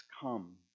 come